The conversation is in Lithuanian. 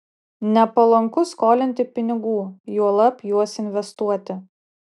nepalanku skolinti pinigų juolab juos investuoti